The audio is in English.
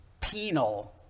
penal